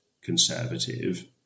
Conservative